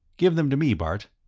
give them to me, bart.